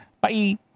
Bye